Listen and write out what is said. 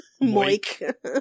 Mike